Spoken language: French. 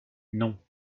non